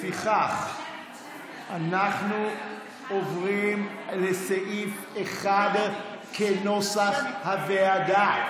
לפיכך אנחנו עוברים לסעיף 1 כנוסח הוועדה.